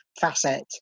facet